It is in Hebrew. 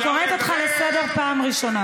אני קוראת אותך לסדר פעם ראשונה.